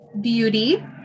Beauty